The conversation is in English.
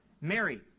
Mary